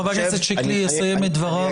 חבר הכנסת שיקלי יסיים את דבריו.